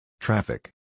Traffic